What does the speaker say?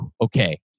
okay